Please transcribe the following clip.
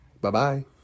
Bye-bye